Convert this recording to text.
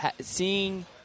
seeing